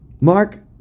Mark